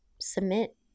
submit